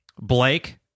Blake